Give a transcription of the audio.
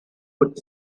could